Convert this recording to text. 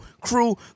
Crew